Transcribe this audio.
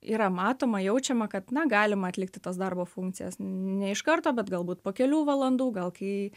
yra matoma jaučiama kad na galima atlikti tas darbo funkcijas ne iš karto bet galbūt po kelių valandų gal kai